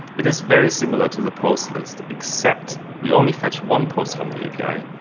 it is very similar to the post list, except we only fetch one post from the api,